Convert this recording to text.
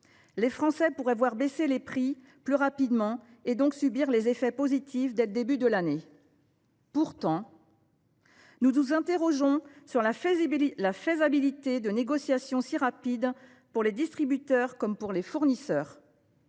les Français pourraient ainsi voir baisser les prix plus rapidement et en bénéficier dès le début de l’année. Pourtant, nous nous interrogeons sur la faisabilité de négociations si rapides pour les distributeurs comme pour les fournisseurs.